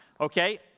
Okay